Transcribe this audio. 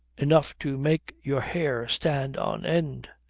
enough to make your hair stand on end.